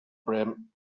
brim